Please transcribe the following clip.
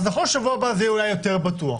נכון ששבוע הבא זה יהיה אולי יותר בטוח,